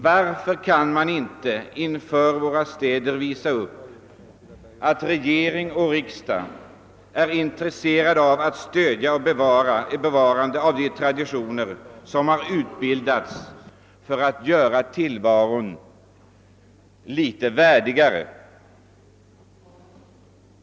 Varför kan regering och riksdag inte för våra städer visa att de är intresserade av att stödja och bevara de traditioner som utbildats för att göra tillvaron litet värdigare.